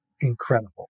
incredible